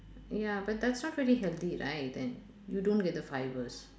ya but that's not really healthy right then you don't get the fibres